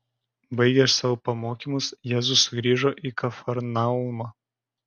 baigęs savo pamokymus jėzus sugrįžo į kafarnaumą